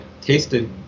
tasted